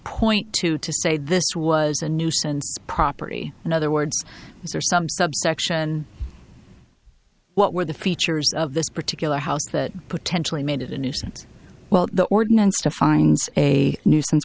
point to to say this was a nuisance property in other words is there some subsection what were the features of this particular house that potentially made it a nuisance well the ordinance to find a nuisance